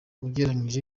ugereranyije